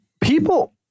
people